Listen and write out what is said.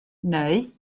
neu